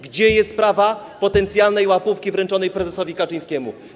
Gdzie jest sprawa potencjalnej łapówki wręczonej prezesowi Kaczyńskiemu?